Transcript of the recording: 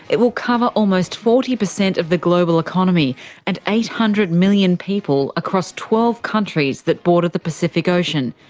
it will cover almost forty percent of the global economy and eight hundred million people across twelve countries that border the pacific ocean,